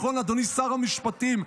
נכון, אדוני, שר המשפטים?